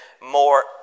more